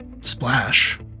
Splash